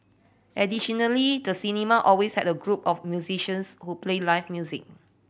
additionally the cinema always had a group of musicians who played live music